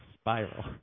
spiral